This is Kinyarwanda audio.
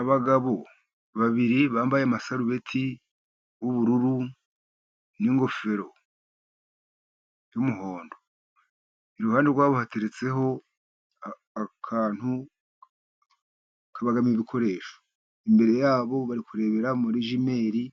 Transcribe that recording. Abagabo babiri bambaye amasarubeti y'ubururu n'ingofero y'umuhondo. Iruhande rwabo hateretseho akantu kabamo ibikoresho. Imbere yabo bari kurebera muri jimeri